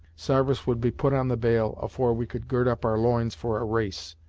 sarvice would be put on the bail afore we could gird up our loins for a race,